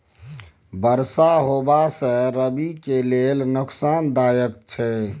बरसा होबा से रबी के लेल नुकसानदायक छैय?